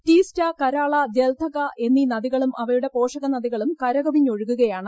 ടീസ്റ്റ കരാള ജൽധക എന്നീ നദികളും അവയുടെ പോഷക നദികളും കരകവിഞ്ഞൊഴുകുകയാണ്